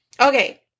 Okay